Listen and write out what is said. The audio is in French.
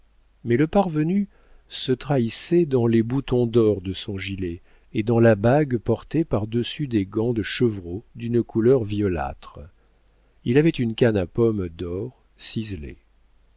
mais le parvenu se trahissait dans les boutons d'or de son gilet et dans la bague portée par dessus des gants de chevreau d'une couleur violâtre il avait une canne à pomme d'or ciselé